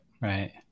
Right